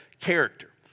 character